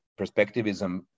perspectivism